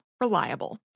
Reliable